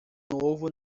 novo